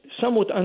somewhat